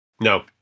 No